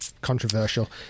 controversial